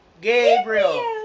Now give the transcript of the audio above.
Gabriel